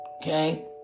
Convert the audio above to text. Okay